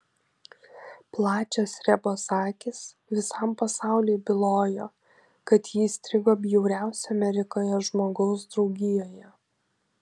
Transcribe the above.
plačios rebos akys visam pasauliui bylojo kad ji įstrigo bjauriausio amerikoje žmogaus draugijoje